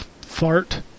Fart